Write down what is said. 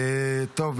טוב,